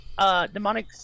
demonic